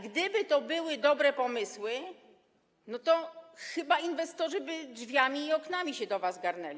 Gdyby to były dobre pomysły, to chyba inwestorzy by drzwiami i oknami się do was garnęli.